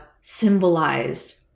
symbolized